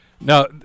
Now